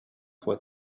for